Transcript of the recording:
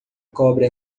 cobre